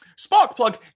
Sparkplug